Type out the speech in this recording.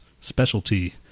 specialty